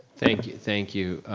thank you, thank you.